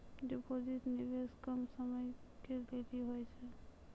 Deposit निवेश कम समय के लेली होय छै?